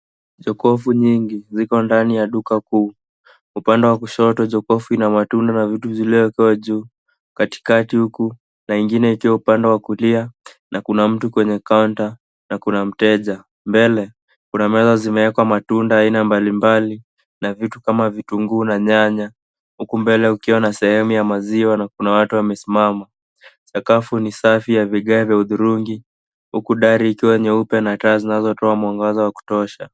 Jokofu nyingi ziko ndani ya duka kuu. Upande wa kushoto, jokofu ina matunda na vitu zilizowekwa juu, katikati huku na ingine ikiwa upande wa kulia, na kuna mtu kwenye kaunta na kuna mteja. Mbele, kuna meza zimewekwa matunda ya aina mbalimbali na vitu kama vitunguu na nyanya huku mbele kukiwa na sehemu ya maziwa na kuna watu wamesimama. Sakafu ni safi ya vigae vya udhurungi huku dari ikiwa nyeupe na taa zinazotoa mwangaza wa kutosha.